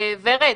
ורד,